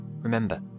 Remember